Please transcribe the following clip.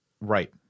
right